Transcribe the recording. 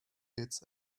hits